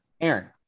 Aaron